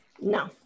No